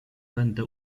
będę